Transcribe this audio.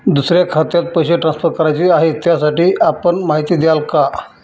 दुसऱ्या खात्यात पैसे ट्रान्सफर करायचे आहेत, त्यासाठी आपण माहिती द्याल का?